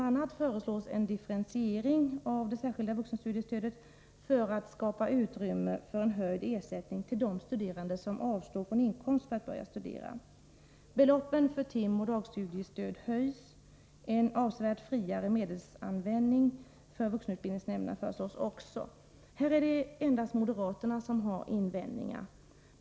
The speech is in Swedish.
a. föreslås en differentiering av det särskilda vuxenstudiestödet för att skapa utrymme för en höjd ersättning till de studerande som avstår från inkomst för att börja studera. Beloppen för timoch dagstudiestöd höjs. En avsevärt friare medelsanvändning för vuxenutbildningsnämnderna föreslås också. Här är det endast moderaterna som har invändningar.